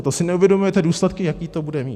To si neuvědomujete důsledky, jaké to bude mít?